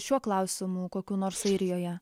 šiuo klausimu kokių nors airijoje